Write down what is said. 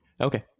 Okay